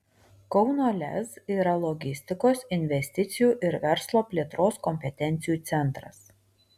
kauno lez yra logistikos investicijų ir verslo plėtros kompetencijų centras